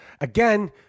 Again